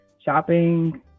shopping